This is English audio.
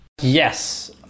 Yes